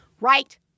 right